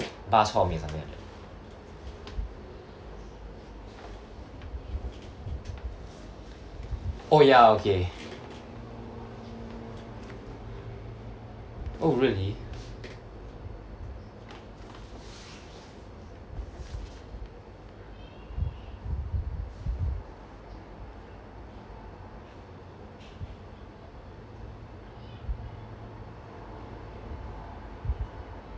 bak chor me or something like that oh ya okay oh really